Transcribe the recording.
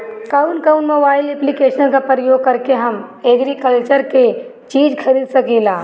कउन कउन mobile application का प्रयोग करके हम एग्रीकल्चर के चिज खरीद सकिला?